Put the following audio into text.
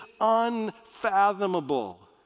unfathomable